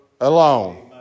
alone